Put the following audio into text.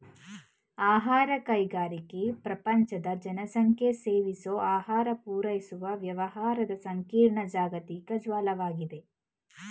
ಆಹಾರ ಕೈಗಾರಿಕೆ ಪ್ರಪಂಚದ ಜನಸಂಖ್ಯೆಸೇವಿಸೋಆಹಾರಪೂರೈಸುವವ್ಯವಹಾರದಸಂಕೀರ್ಣ ಜಾಗತಿಕ ಜಾಲ್ವಾಗಿದೆ